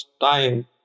time